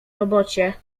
robocie